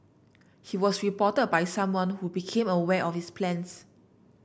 he was reported by someone who became aware of his plans